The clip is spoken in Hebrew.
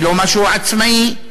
ולא משהו עצמאי?